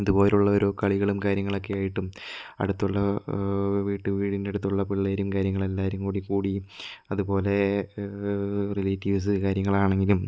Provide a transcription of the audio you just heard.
ഇതുപോലെയുള്ള ഓരോ കളികളും കാര്യങ്ങളൊക്കെയായിട്ടും അടുത്തുള്ള വീട്ടി വീടിൻ്റെ അടുത്തുള്ള പിള്ളേരും കാര്യങ്ങളും എല്ലാവരും കൂടി കൂടിയും അതുപോലെ റിലേറ്റീവ്സ് കാര്യങ്ങളാണെങ്കിലും